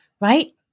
right